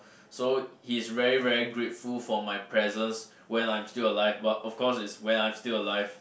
so he is very very grateful for my presence when I'm still alive but of course is when I'm still alive